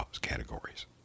categories